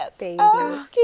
Yes